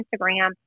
Instagram